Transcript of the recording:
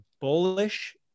bullish